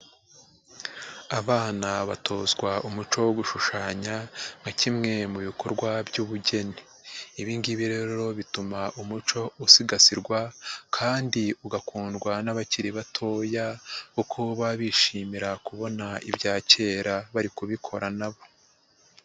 Abana batozwa umuco wo gushushanya nka kimwe mu bikorwa by'ubugeni, ibi ngibi rero bituma umuco usigasirwa kandi ugakundwa n'abakiri batoya uko baba bishimira kubona ibya kera bari kubikora nabo.